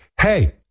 hey